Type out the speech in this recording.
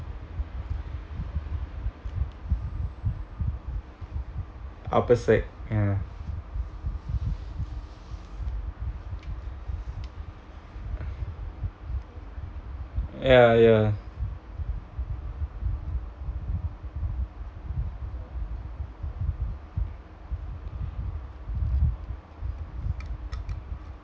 upper sec ya ya ya